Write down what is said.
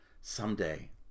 someday